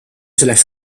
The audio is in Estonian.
selleks